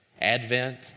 Advent